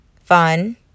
fun